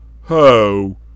Ho